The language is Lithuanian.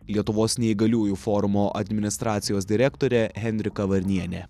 lietuvos neįgaliųjų forumo administracijos direktorė henrika varnienė